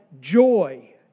joy